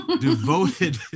devoted